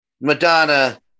Madonna